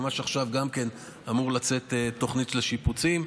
ממש עכשיו גם אמורה לצאת תוכנית לשיפוצים.